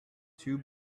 two